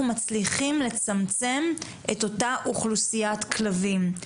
מצליחים לצמצם את אותה אוכלוסיית כלבים.